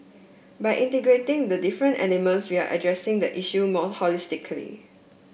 by integrating the different elements we are addressing the issue more holistically